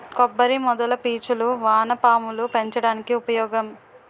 కొబ్బరి మొదల పీచులు వానపాములు పెంచడానికి ఉపయోగం